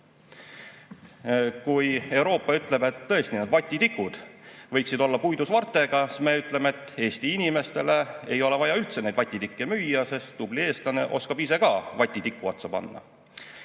Kui Euroopa ütleb, et tõesti vatitikud võiksid olla puidust vartega, siis meie ütleme, et Eesti inimestele ei ole vaja üldse neid vatitikke müüa, sest tubli eestlane oskab ise vati tiku otsa panna.